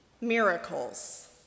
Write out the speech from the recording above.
miracles